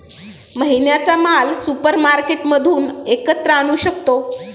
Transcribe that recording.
महिन्याचा माल सुपरमार्केटमधून एकत्र आणू शकतो